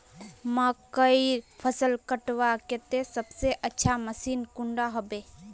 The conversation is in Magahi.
मकईर फसल कटवार केते सबसे अच्छा मशीन कुंडा होबे?